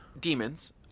demons